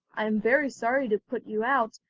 i am very sorry to put you out,